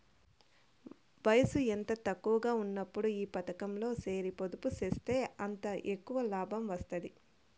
వయసు ఎంత తక్కువగా ఉన్నప్పుడు ఈ పతకంలో సేరి పొదుపు సేస్తే అంత ఎక్కవ లాబం వస్తాది